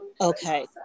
Okay